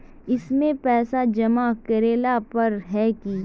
इसमें पैसा जमा करेला पर है की?